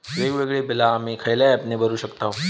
वेगवेगळी बिला आम्ही खयल्या ऍपने भरू शकताव?